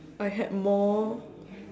I had more